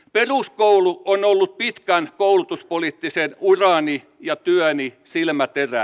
peruskoulu on ollut pitkän koulutuspoliittisen urani ja työni silmäterä